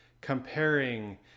comparing